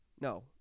No